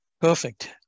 Perfect